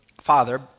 father